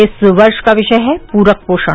इस वर्ष का विषय है पूरक पोषण